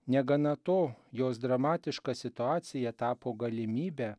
negana to jos dramatiška situacija tapo galimybe